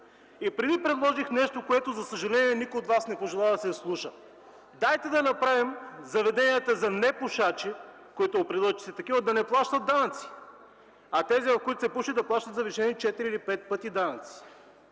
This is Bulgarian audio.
И преди предложих нещо, което никой от Вас не пожела да изслуша. Дайте да направим заведенията за непушачи, които бъдат определени, да не плащат данъци, а тези, в които се пуши, да плащат завишени 4-5 пъти данъци.